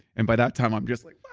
and by that time, i'm just like.